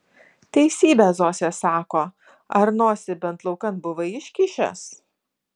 teisybę zosė sako ar nosį bent laukan buvai iškišęs